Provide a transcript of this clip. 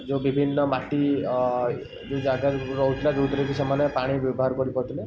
ଯେଉଁ ବିଭିନ୍ନ ମାଟି ଯେଉଁ ଜାଗାରେ ରହୁଥିଲା ଯେଉଁଥିରେକି ସେମାନେ ପାଣି ବ୍ୟବହାର କରିପାରୁଥିଲେ